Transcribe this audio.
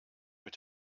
mit